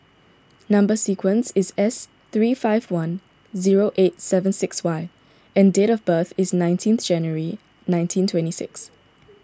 Number Sequence is S three five one zero eight seven six Y and date of birth is nineteen January nineteen twenty six